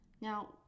Now